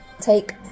take